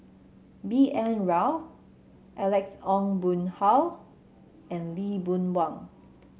B N Rao Alex Ong Boon Hau and Lee Boon Wang